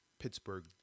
Pittsburgh